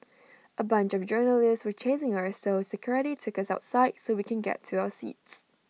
A bunch of journalists were chasing us so security took us outside so we can get to our seats